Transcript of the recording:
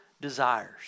desires